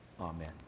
Amen